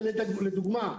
לדוגמה,